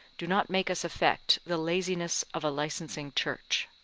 do not make us affect the laziness of a licensing church.